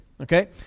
okay